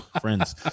friends